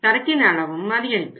சரக்கின் அளவும் அதிகரிக்கும்